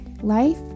Life